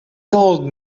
told